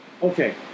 Okay